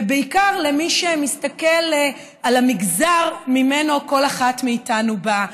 ובעיקר למי שמסתכל על המגזר שממנו כל אחת מאיתנו באה.